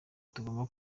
tugomba